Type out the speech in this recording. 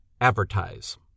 advertise